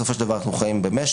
בסופו של דבר, אנחנו חיים במשק,